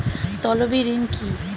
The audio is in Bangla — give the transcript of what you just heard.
তলবি ঋণ কি?